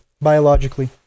biologically